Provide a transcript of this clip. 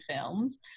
films